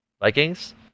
Vikings